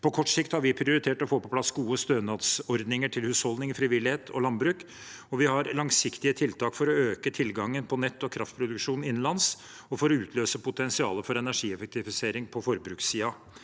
På kort sikt har vi prioritert å få på plass gode stønadsordninger til husholdninger, frivilligheten og landbruket, og vi har langsiktige tiltak for å øke tilgangen på nett og kraftproduksjon innenlands og for å utløse potensialet for energieffektivisering på forbrukssiden.